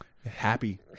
Happy